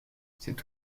cet